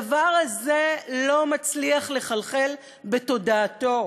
הדבר הזה לא מצליח לחלחל בתודעתו